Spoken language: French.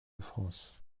france